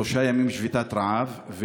שלושה ימים שביתת רעב.